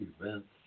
events